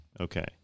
Okay